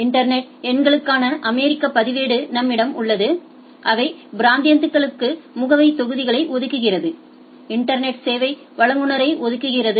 internet எண்களுக்கான அமெரிக்க பதிவேடு நம்மிடம் உள்ளது அவை பிராந்தியங்களுக்கு முகவரித் தொகுதிகளை ஒதுக்குகிறது இன்டர்நெட் சேவை வழங்குநரை ஒதுக்குகிறது